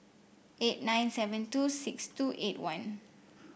eight nine seven two six two eight one